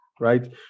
right